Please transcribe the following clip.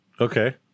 Okay